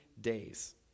days